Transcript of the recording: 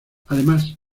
además